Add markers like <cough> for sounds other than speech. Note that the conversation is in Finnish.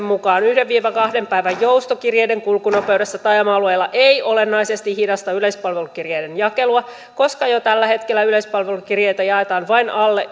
<unintelligible> mukaan yhden viiva kahden päivän jousto kirjeiden kulkunopeudessa taajama alueilla ei olennaisesti hidasta yleispalvelukirjeiden jakelua koska jo tällä hetkellä yleispalvelukirjeitä jaetaan vain alle <unintelligible>